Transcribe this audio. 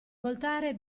voltare